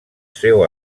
seu